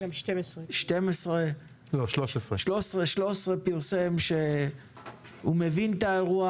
גם 12. ערוץ 13 פרסם שהוא מבין את האירוע